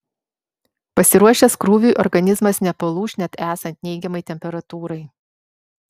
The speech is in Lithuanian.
pasiruošęs krūviui organizmas nepalūš net esant neigiamai temperatūrai